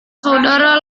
saudara